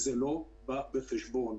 וזה לא דבר שבא בחשבון.